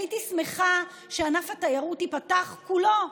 הייתי שמחה שענף התיירות ייפתח כולו,